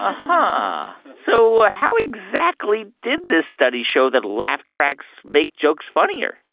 uh-huh. so ah how exactly did this study show that laugh tracks make jokes funnier?